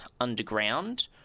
underground